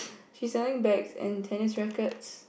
she select bags and tennis rackets